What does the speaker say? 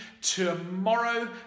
tomorrow